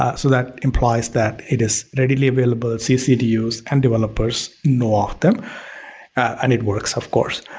ah so, that implies that it is readily available, it's easy to use and developers know of them and it works, of course.